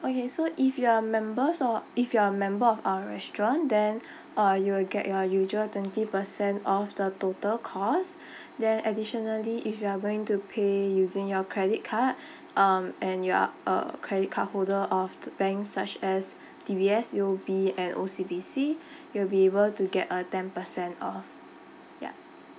okay so if you are members or if you are a member of our restaurant then uh you will get your usual twenty percent off the total costs then additionally if you are going to pay using your credit card um and you are a credit card holder of the banks such as D_B_S U_O_B and O_C_B_C you'll be able to get a ten percent off ya